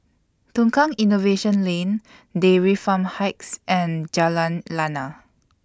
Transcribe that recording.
Tukang Innovation Lane Dairy Farm Heights and Jalan Lana